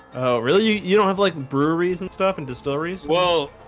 really? you don't have like breweries and stuff and distilleries well,